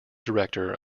director